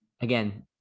Again